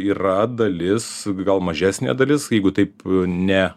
yra dalis gal mažesnė dalis jeigu taip ne